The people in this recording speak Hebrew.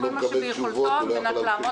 המבקר עושה את כל שביכולתו על מנת לעמוד